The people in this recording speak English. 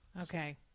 Okay